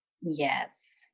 Yes